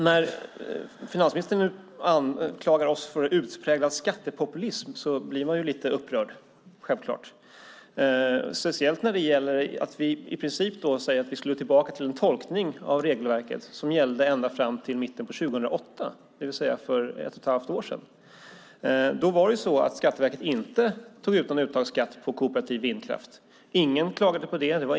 När finansministern anklagar oss för utpräglad skattepopulism blir jag självklart lite upprörd, speciellt som vi i princip säger att vi ska tillbaka till en tolkning av regelverket som gällde ända fram till mitten av 2008, det vill säga för ett och ett halvt år sedan. Då tog Skatteverket inte ut någon uttagsskatt på kooperativ vindkraft. Ingen klagade på det.